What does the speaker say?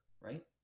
right